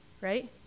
right